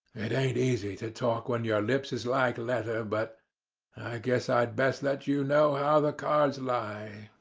it ain't easy to talk when your lips is like leather, but i guess i'd best let you know how the cards lie.